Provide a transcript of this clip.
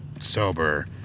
sober